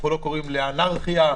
לא קוראים לאנכריה.